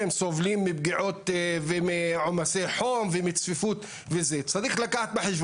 ביקשת, ממבקר המדינה, שתי דקות בבקשה להתייחס.